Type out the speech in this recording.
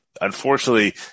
unfortunately